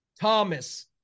Thomas